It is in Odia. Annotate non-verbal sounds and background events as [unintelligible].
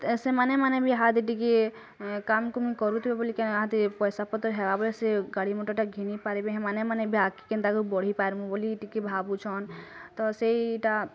ସେମାନେ ମାନେ ବି ଏହାଦେ ଟିକେ କାମ [unintelligible] କରୁଥିବେ ବୋଲି କେନ୍ [unintelligible] ପଇସା ପତର ହେବା ବେଳେ ସେ ଗାଡ଼ି ମଟରଟା ଘିନି ପାରିବେ ହେ ମନେ ମନେ ଏବେ ଆଗେ କେନ୍ତା ବଢ଼ି ପରିମୁ ବୋଲି ଟିକେ ଭାବୁଛନ୍ ତ ସେଇଟା